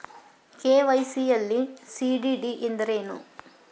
KYC ಯಲ್ಲಿ CDD ಎಂದರೇನು?